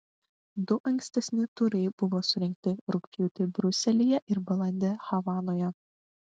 du ankstesni turai buvo surengti rugpjūtį briuselyje ir balandį havanoje